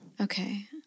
Okay